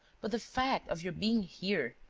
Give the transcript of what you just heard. but the fact of your being here,